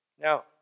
Now